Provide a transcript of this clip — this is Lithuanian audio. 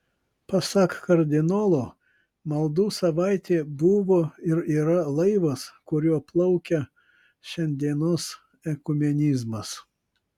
pasak kardinolo maldų savaitė buvo ir yra laivas kuriuo plaukia šiandienos ekumenizmas